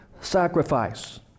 Sacrifice